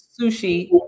sushi